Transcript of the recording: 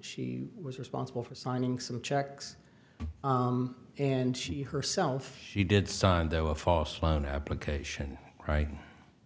she was responsible for signing some checks and she herself she did sign though a false loan application